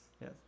Yes